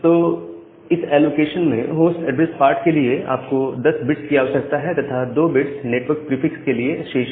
तो इस एलोकेशन में होस्ट एड्रेस पार्ट के लिए आप को 10 बिट्स की आवश्यकता है तथा 2 बिट्स नेटवर्क प्रीफिक्स के लिए शेष है